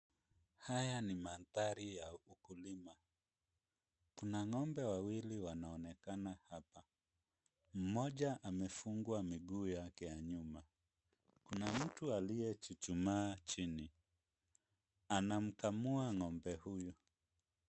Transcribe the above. Haya ni mandhari wa ukulima. Kuna ng'ombe wawili wanaonekana hapa. Mmoja amefungwa miguu yake ya nyuma. Kuna mtu aliyechuchumaa chini. Anamkamua ng'ombe huyu.